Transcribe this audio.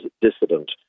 dissident